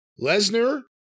Lesnar